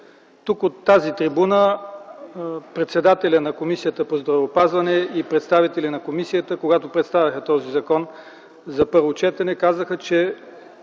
От тази трибуна председателят на Комисията по здравеопазването и представители на комисията, когато представяха този закон на първо четене, казаха, че